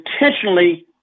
intentionally